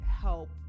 help